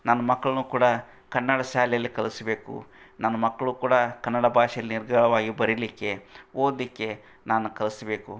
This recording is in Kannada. ನನ್ನ ಮಕ್ಕಳನ್ನೂ ಕೂಡ ಕನ್ನಡ ಶಾಲೆಯಲ್ಲೆ ಕಲ್ಸ್ಬೇಕು ನನ್ನ ಮಕ್ಕಳು ಕೂಡ ಕನ್ನಡ ಭಾಷೆಯಲ್ಲಿ ನಿರರ್ಗಳವಾಗಿ ಬರಿಲಿಕ್ಕೆ ಓದಲ್ಲಿಕ್ಕೆ ನಾನು ಕಲ್ಸ್ಬೇಕು